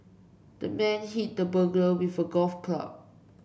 the man hit the burglar with a golf club